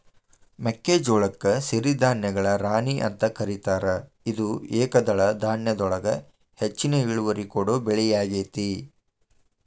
ಮೆಕ್ಕಿಜೋಳಕ್ಕ ಸಿರಿಧಾನ್ಯಗಳ ರಾಣಿ ಅಂತ ಕರೇತಾರ, ಇದು ಏಕದಳ ಧಾನ್ಯದೊಳಗ ಹೆಚ್ಚಿನ ಇಳುವರಿ ಕೊಡೋ ಬೆಳಿಯಾಗೇತಿ